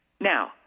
Now